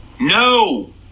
no